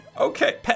Okay